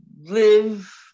live